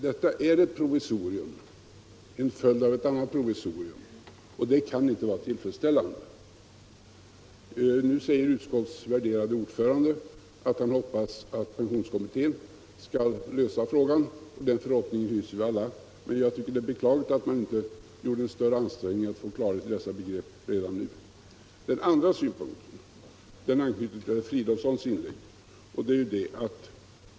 Detta är ett provisorium som följd av ett annat provisorium och det kan inte vara tillfredsställande. Nu säger utskottets värderade ordförande att man får hoppas att pensionskommittén skall lösa frågan. Den förhoppningen hyser vi alla, men jag tycker att det är beklagligt att man inte gjort en större ansträngning att få klarhet i dessa begrepp redan nu. Den andra synpunkten anknyter till herr Fridolfssons inlägg.